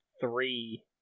three